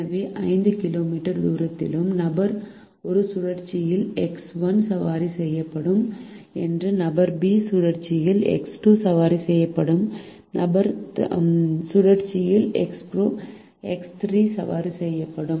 எனவே 5 கிலோமீட்டர் தூரத்திலிருந்து நபர் ஒரு சுழற்சியில் எக்ஸ் 1 சவாரி செய்யட்டும் என்று நபர் பி சுழற்சியில் எக்ஸ் 2 சவாரி செய்யட்டும் நபர் சுழற்சியில் எக்ஸ் 3 சவாரி செய்யட்டும்